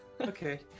Okay